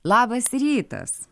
labas rytas